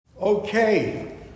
Okay